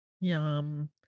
Yum